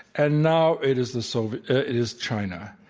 and now it is the soviet it is china.